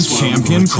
Champion